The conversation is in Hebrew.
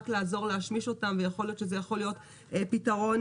לעזור להשמיש אותם ויכול להיות שזה יכול להיות פתרון